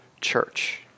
church